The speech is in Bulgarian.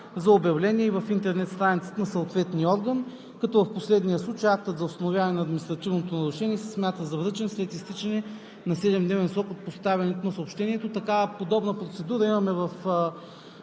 за обявления и в интернет страницата на съответния орган. В последния случай актът за установяване на административно нарушение се смята за връчен след изтичане на 7-дневен срок от поставянето на съобщението.“ Комисията не подкрепя